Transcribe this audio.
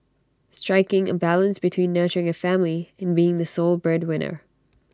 striking A balance between nurturing A family and being the sole breadwinner